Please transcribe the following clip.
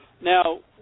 Now